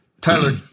Tyler